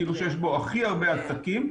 כאילו שיש בו הכי הרבה עסקים,